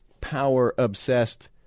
power-obsessed